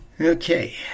Okay